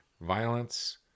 violence